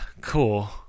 cool